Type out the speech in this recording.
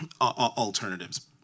alternatives